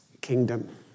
kingdom